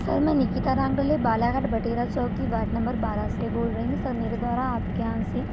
sir मैं निकिता रांगडले बाला घर बटेरा चौक की वार्ड नंबर बारह से बोल रही हूँ सर मेरे द्वारा आपके यहाँ से